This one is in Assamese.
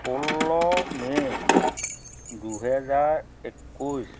ষোল্ল মে' দুহেজাৰ একৈছ